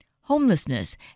Homelessness